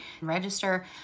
Register